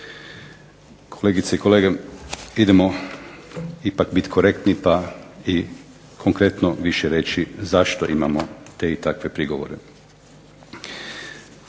Kolegice i kolege idemo ipak biti korektni pa i konkretno više reći zašto imamo te i takve prigovore.